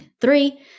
three